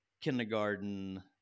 kindergarten